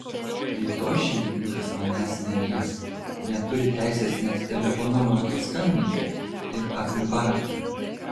rytoj šeimininkas manęs nelies neturi teisės net telefonu man paskambinti ir apibarti